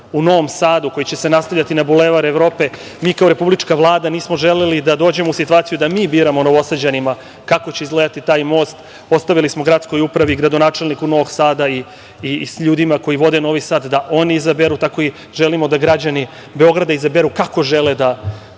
u Novom Sadu, koji će se nastavljati na Bulevar Evrope, mi kao republička Vlada nismo želeli da dođemo u situaciju da mi biramo Novosađanima kako će izgledati taj most. Postavili smo gradskoj upravi, gradonačelniku Novog Sada i ljudima koji vode Novi Sad da oni izaberu. Tako želimo da građani Beograda izaberu kako žele da